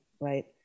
right